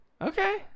Okay